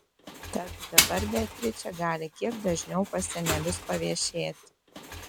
tad dabar beatričė gali kiek dažniau pas senelius paviešėti